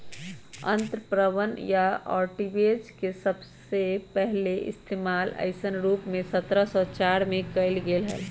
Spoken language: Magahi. अंतरपणन या आर्बिट्राज के सबसे पहले इश्तेमाल ऐसन रूप में सत्रह सौ चार में कइल गैले हल